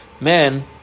man